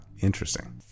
interesting